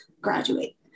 graduate